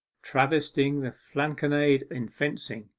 travestying the flanconnade in fencing.